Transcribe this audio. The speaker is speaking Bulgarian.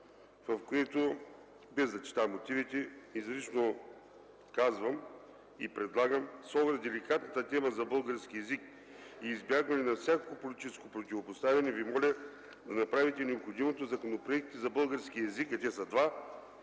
в което, без да чета мотивите, изрично казвам и предлагам с оглед деликатната тема за българския език и избягване на всякакво политическо противопоставяне да направите необходимото, та законопроектите за българския език, а те са два,